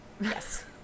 Yes